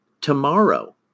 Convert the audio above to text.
tomorrow